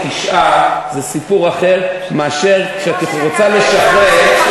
9. זה סיפור אחר מאשר כשאת רוצה לשחרר,